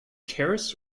keras